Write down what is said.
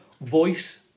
Voice